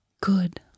good